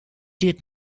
did